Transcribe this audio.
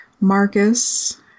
Marcus